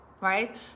right